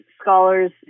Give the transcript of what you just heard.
scholars